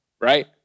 right